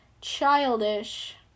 childish